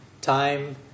time